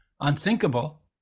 unthinkable